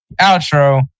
outro